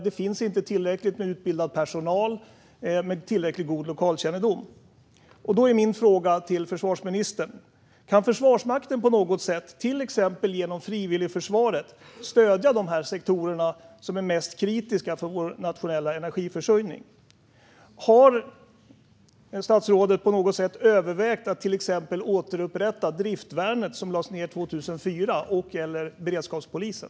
Det finns inte tillräckligt med utbildad personal som har tillräckligt god lokalkännedom. Då är min fråga till försvarsministern: Kan Försvarsmakten på något sätt, till exempel genom frivilligförsvaret, stödja de sektorer som är mest kritiska när det gäller vår nationella energiförsörjning? Har statsrådet på något sätt övervägt att till exempel återinföra driftvärnet, som lades ned 2004, och/eller beredskapspolisen?